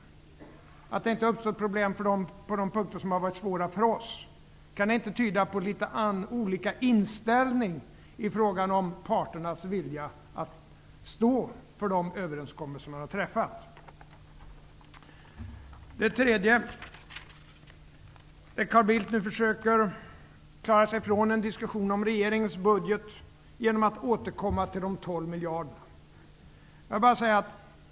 Är det inte märkligt att det inte uppstår problem på de punkter som har varit svåra för oss? Kan det inte tyda på litet olika inställning i fråga om parternas vilja att stå för de överenskommelser man har träffat? Carl Bildt försöker nu klara sig ifrån en diskussion om regeringens budget genom att återkomma till dessa 12 miljarder.